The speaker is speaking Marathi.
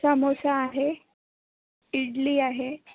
सामोसा आहे इडली आहे